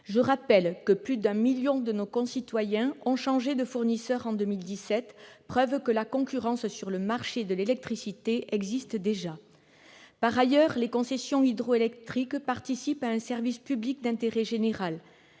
Je rappelle que plus d'un million de nos concitoyens ont changé de fournisseur en 2017, preuve que la concurrence sur le marché de l'électricité existe déjà. Par ailleurs, les concessions hydroélectriques participent d'un service public d'intérêt général